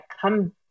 come